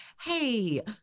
Hey